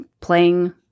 playing